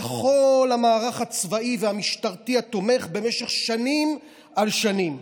וכל המערך הצבאי והמשטרתי התומך במשך שנים על שנים.